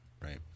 right